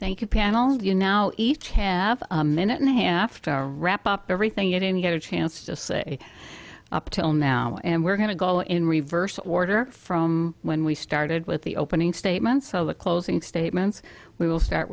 thank you panel and you now each have a minute and a half hour wrap up everything it in get a chance to say up till now and we're going to go in reverse order from when we started with the opening statements of the closing statements we will start